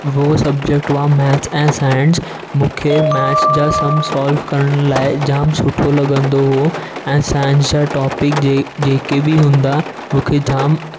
उहे सबजेक्ट हुआ मैथ्स ऐं साइंस मूंखे मैथ्स जा सम सॉल्व करण लाइ जाम सुठो लॻंदो हुओ ऐं साइंस जा टॉपिक जे जेके बि हूंदा मूंखे जाम